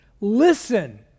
listen